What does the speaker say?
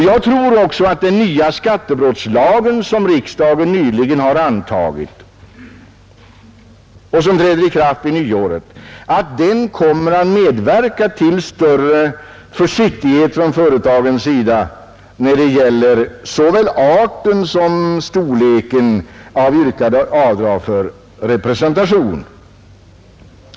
Jag tror också att den nya skattebrottslagen som riksdagen nyligen antagit och som träder i kraft vid nyåret kommer att medverka till en större försiktighet från företagens sida när det gäller såväl arten som storleken av yrkade avdrag för representation.